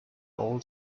all